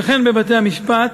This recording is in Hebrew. וכן בבתי-המשפט,